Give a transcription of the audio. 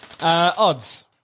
Odds